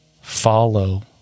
follow